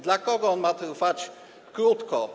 Dla kogo on ma trwać krótko?